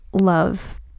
love